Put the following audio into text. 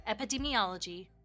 Epidemiology